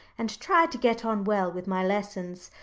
and try to get on well with my lessons,